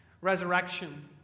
resurrection